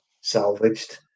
salvaged